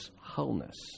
wholeness